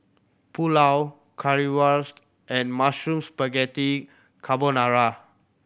Pulao Currywurst and Mushroom Spaghetti Carbonara